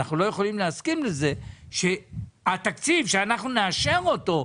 אנחנו לא יכולים להסכים לזה שהתקציב שאנחנו נאשר אותו,